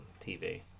TV